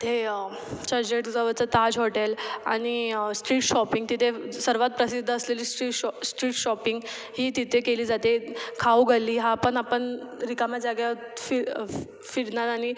ते चर्चगेटजवळचं ताज हॉटेल आणि स्ट्रीट शॉपिंग तिथे सर्वात प्रसिद्ध असलेली स्ट्रीट शॉ स्ट्रीट शॉपिंग ही तिथे केली जाते खाऊगल्ली हा पण आपण रिकाम्या जागेशी फिरणार आणि